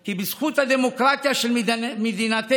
כי בזכות הדמוקרטיה של מדינתנו,